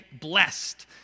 blessed